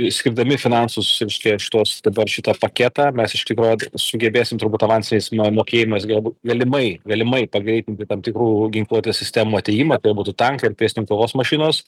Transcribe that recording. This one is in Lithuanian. išskirdami finansus reiškia šituos dabar šitą paketą mes iš tikro sugebėsim turbūt avansiniais ma mokėjimais galbūt galimai galimai pagreitinti tam tikrų ginkluotės sistemų atėjimą tai būtų tankai ar pėstin kovos mašinos